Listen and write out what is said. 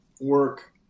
work